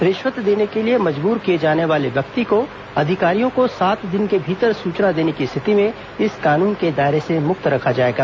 रिश्वत देने के लिए मजबूर किए जाने वाले व्यक्ति को अधिकारियों को सात दिन के भीतर सूचना देने की स्थिति में इस कानून के दायरे से मुक्त रखा जाएगा